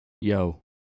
Yo